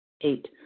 Eight